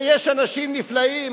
ויש אנשים נפלאים.